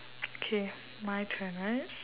K my turn right